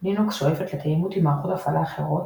לינוקס שואפת לתאימות עם מערכות הפעלה אחרות